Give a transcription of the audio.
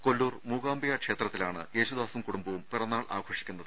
കൊല്ലൂർ മൂകാംബിക ക്ഷേത്രത്തിലാണ് യേശുദാസും കുടുംബവും പിറന്നാൾ ആഘോഷിക്കുന്നത്